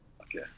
Okay